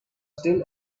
still